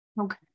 Okay